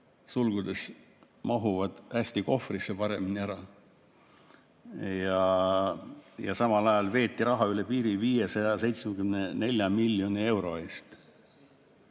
Sulgudes: mahuvad hästi kohvrisse paremini ära. Ja samal ajal veeti üle piiri 574 miljonit.